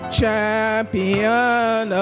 champion